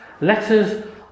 Letters